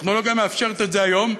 הטכנולוגיה מאפשרת את זה היום,